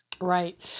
Right